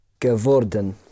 geworden